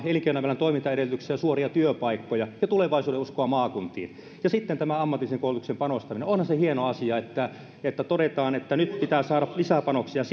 elinkeinoelämän toimintaedellytyksiä suoria työpaikkoja ja tulevaisuuden uskoa maakuntiin ja sitten tämä ammatilliseen koulutukseen panostaminen onhan se hieno asia että että todetaan että nyt pitää saada lisäpanoksia